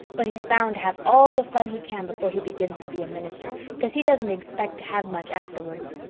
but he's bound to have all the fun he can before he begins to be a minister, cause he doesn't expect to have much afterwards.